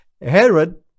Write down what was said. herod